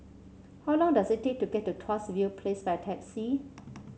how long does it take to get to Tuas View Place by taxi